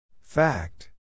Fact